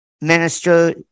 minister